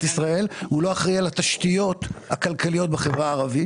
ישראל והוא לא אחראי על התשתיות הכלכליות בחברה הערבית.